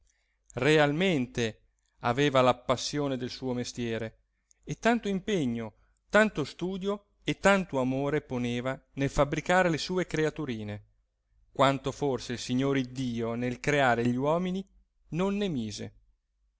realmente aveva la passione del suo mestiere e tanto impegno tanto studio e tanto amore poneva nel fabbricare le sue creaturine quanto forse il signore iddio nel crear gli uomini non ne mise